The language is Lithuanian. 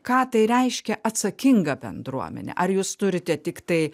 ką tai reiškia atsakinga bendruomenė ar jūs turite tiktai